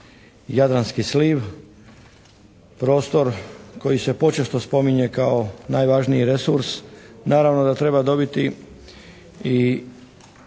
jadranski sliv, prostor koji se počesto spominje kao najvažniji resurs. Naravno da treba dobiti i